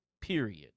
period